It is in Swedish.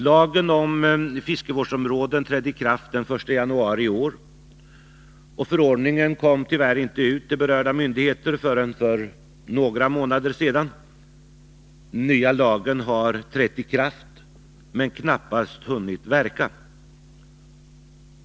Lagen om fiskevårdsområden trädde i kraft den 1 januari i år, men förordningen kom tyvärr inte ut till berörda myndigheter förrän för några månader sedan. Den nya lagen har alltså trätt i kraft men knappast hunnit verka.